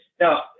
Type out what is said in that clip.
Now